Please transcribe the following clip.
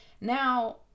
Now